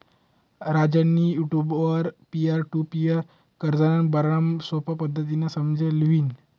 राजेंनी युटुबवर peer to peer कर्जना बारामा सोपा पद्धतीनं समझी ल्हिनं